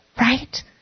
Right